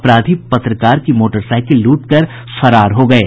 अपराधी पत्रकार की मोटरसाईकिल लूट कर फरार हो गये